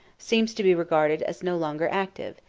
seems to be regarded as no longer active,